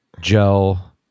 gel